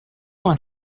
vingt